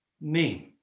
name